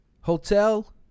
Hotel